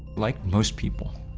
like most people,